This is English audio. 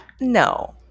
No